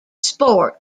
sport